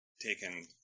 taken